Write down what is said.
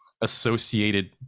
associated